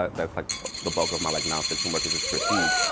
ah that's like the bulk of my like non fiction work is just critique.